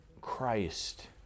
Christ